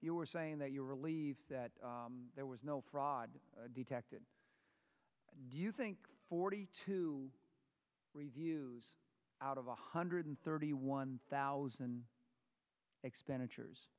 you're saying that you're relieved that there was no fraud detected do you think forty two reviews out of one hundred thirty one thousand expenditures